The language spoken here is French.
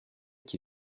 que